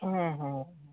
ହଁ ହଁ